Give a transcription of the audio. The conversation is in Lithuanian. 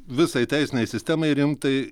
visai teisinei sistemai rimtai